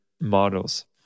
models